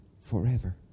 forever